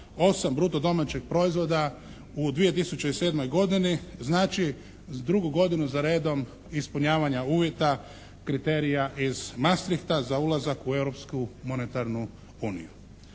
2,8 bruto domaćeg proizvoda u 2007. godini znači drugu godinu za redom ispunjavanja uvjeta, kriterija iz Masstrichta za ulazak u